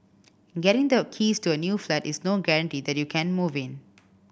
getting the keys to a new flat is no guarantee that you can move in